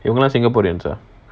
they were not singaporeans ah